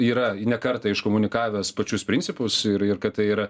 yra ne kartą iškomunikavęs pačius principus ir ir kad tai yra